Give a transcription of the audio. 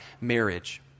marriage